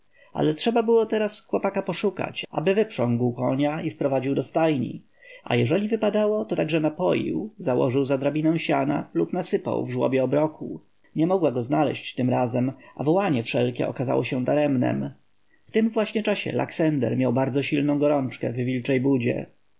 ale trzeba było teraz chłopaka poszukać aby wyprzągł konia i wprowadził do stajni a jeżeli wypadało to także napoił założył za drabinę siana lub nasypał w żłobie obroku nie mogła go znaleźć tym razem a wołanie wszelkie okazało się daremnem w tym właśnie czasie laksender miał bardzo silną gorączkę w wilczej budzie